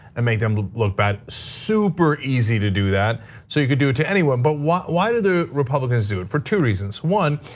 and made them look bad super easy to do that. so you can do it to anyone, but why why do the republicans do it? for two reasons, one,